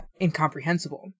incomprehensible